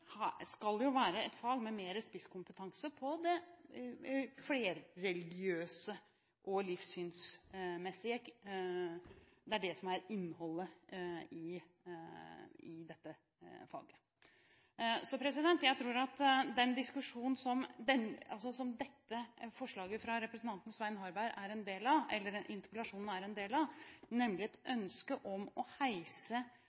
skal jo være et fag med mer spisskompetanse på det flerreligiøse og livssynsmessige. Det er det som er innholdet i dette faget. Den diskusjonen, som interpellasjonen fra representanten Svein Harberg er en del av, nemlig ønsket om å gjøre skolens verdigrunnlag litt tydeligere, er noe jeg har vært opptatt av